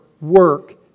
work